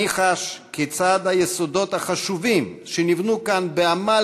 אני חש כיצד היסודות החשובים שנבנו כאן בעמל